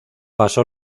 pasó